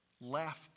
left